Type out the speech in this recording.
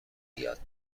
یاد